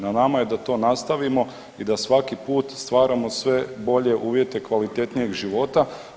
Na nama je da to nastavimo i da svaki put stvaramo sve bolje uvjete kvalitetnijeg života.